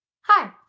Hi